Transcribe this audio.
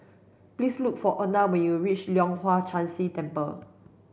please look for Erna when you reach Leong Hwa Chan Si Temple